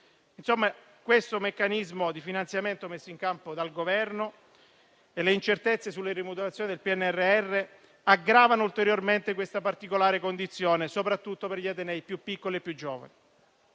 contratti. Questo meccanismo di finanziamento messo in campo dal Governo e le incertezze sulla rimodulazione del PNRR aggravano ulteriormente questa particolare condizione, soprattutto per gli atenei più piccoli e più giovani.